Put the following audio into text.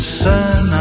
sun